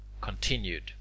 CONTINUED